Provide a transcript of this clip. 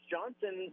Johnson